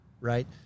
right